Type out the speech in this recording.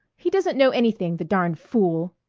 he doesn't know anything, the darn fool!